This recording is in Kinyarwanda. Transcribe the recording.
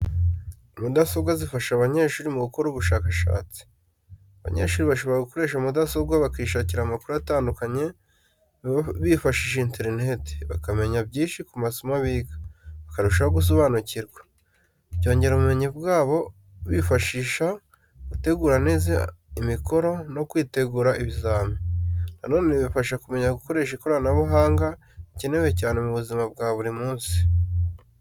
Mudasobwa zifasha abanyeshuri mu gukora ubushakashatsi. Abanyeshuri bashobora gukoresha mudasobwa bashakisha amakuru atandukanye bifashishije interineti, bakamenya byinshi ku masomo biga, bakarushaho gusobanukirwa. Byongera ubumenyi bwabo, bibafasha gutegura neza imikoro, no kwitegura ibizamini. Na none, bifasha kumenya gukoresha ikoranabuhanga rikenewe cyane mu buzima bwa buri munsi.